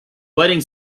wedding